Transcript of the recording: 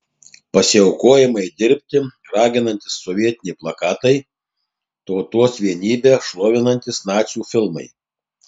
pasiaukojamai dirbti raginantys sovietiniai plakatai tautos vienybę šlovinantys nacių filmai